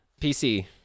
pc